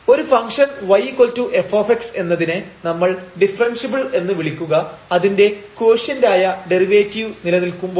ഒരു function yf എന്നതിനെ നമ്മൾ ഡിഫറെൻഷ്യബിൾ എന്ന് വിളിക്കുക അതിന്റെ കോഷ്യന്റ് ആയ ഡെറിവേറ്റീവ് നിലനിൽക്കുമ്പോഴാണ്